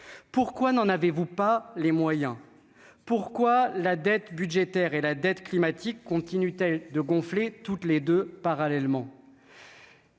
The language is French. pourquoi n'en avez-vous pas les moyens, pourquoi la dette budgétaire et la dette climatique continue-t-elle de gonfler toutes les deux parallèlement.